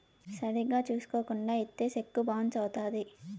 సరిగ్గా చూసుకోకుండా ఇత్తే సెక్కు బౌన్స్ అవుత్తది